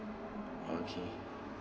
okay